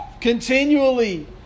continually